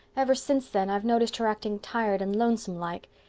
ever since then i've noticed her acting tired and lonesome like.